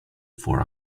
for